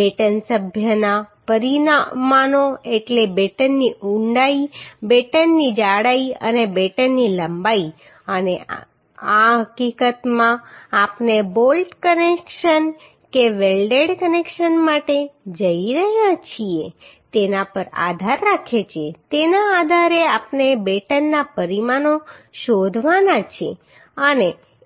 batten સભ્યના પરિમાણો એટલે બેટનની ઊંડાઈ બેટનની જાડાઈ અને બેટનની લંબાઈ અને આ હકીકતમાં આપણે બોલ્ટ કનેક્શન કે વેલ્ડેડ કનેક્શન માટે જઈ રહ્યા છીએ તેના પર આધાર રાખે છે તેના આધારે આપણે બેટનના પરિમાણો શોધવાના છે